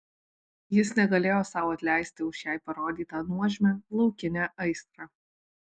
jis negalėjo sau atleisti už jai parodytą nuožmią laukinę aistrą